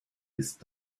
ist